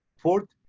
fourth,